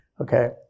okay